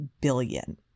billion